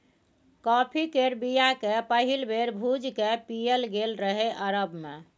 coffee केर बीया केँ पहिल बेर भुजि कए पीएल गेल रहय अरब मे